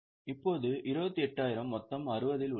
இப்போது 28000 மொத்தம் 60 இல் உள்ளது